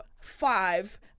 five